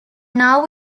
now